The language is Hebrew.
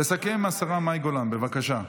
תסכם השרה מאי גולן, בבקשה.